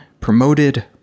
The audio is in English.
Promoted